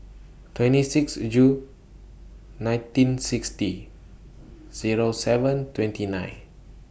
twenty six Jul nineteen sixty Zero seven twenty nine